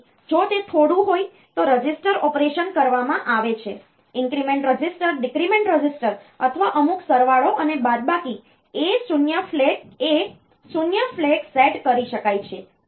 તેથી જો તે થોડું હોય તો રજિસ્ટર ઑપરેશન કરવામાં આવે છે ઇન્ક્રીમેન્ટ રજિસ્ટર ડિક્રમેન્ટ રજિસ્ટર અથવા અમુક સરવાળો અને બાદબાકી A 0 ફ્લેગ સેટ કરી શકાય છે